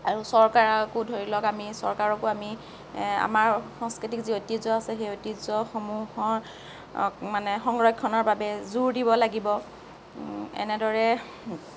আৰু চৰকাৰকো ধৰি লওক আমি চৰকাৰকো আমি আমাৰ সাংস্কৃতিক যি ঐতিহ্য আছে সেই ঐতিহ্যসমূহক মানে সংৰক্ষণৰ বাবে জোৰ দিব লাগিব এনেদৰে